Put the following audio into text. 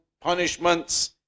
punishments